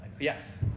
Yes